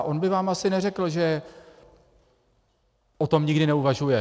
On by vám asi neřekl, že o tom nikdy neuvažuje.